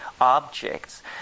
objects